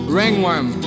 ringworm